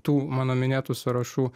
tų mano minėtų sąrašų